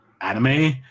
anime